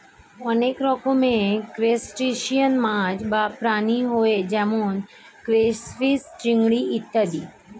অনেক রকমের ক্রাস্টেশিয়ান মাছ বা প্রাণী হয় যেমন ক্রাইফিস, চিংড়ি ইত্যাদি